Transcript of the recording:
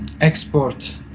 export